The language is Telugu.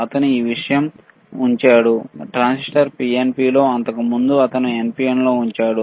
అతను ఈ విషయం ఉంచాడు ట్రాన్సిస్టర్ PNP లో అంతకుముందు అతను NPN లో ఉంచాడు